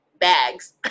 bags